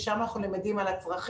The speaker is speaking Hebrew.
משם אנחנו למדים על הצרכים,